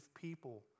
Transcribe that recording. people